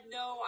no